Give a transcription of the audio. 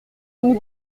une